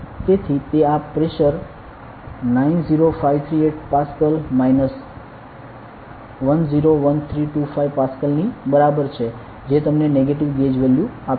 તેથી તે આ પ્રેશર 90538 પાસ્કલ માઇનસ 101325 પાસ્કલ ની બરાબર છે જે તમને નેગેટિવ ગેજ વેલ્યુ આપશે